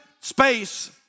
Space